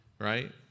right